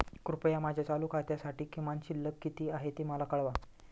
कृपया माझ्या चालू खात्यासाठी किमान शिल्लक किती आहे ते मला कळवा